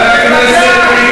חבר הכנסת חיים